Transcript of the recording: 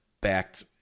backed